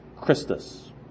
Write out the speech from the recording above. Christus